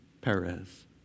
Perez